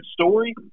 story